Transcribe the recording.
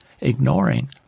ignoring